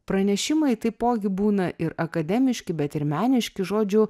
pranešimai taipogi būna ir akademiški bet ir meniški žodžiu